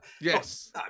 Yes